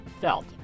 felt